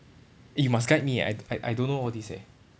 eh you must guide me eh I I I don't know all this eh